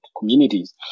communities